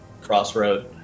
Crossroad